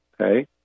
Okay